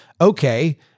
okay